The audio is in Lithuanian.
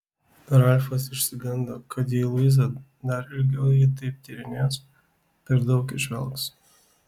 ralfas išsigando kad jei luiza dar ilgiau jį taip tyrinės per daug įžvelgs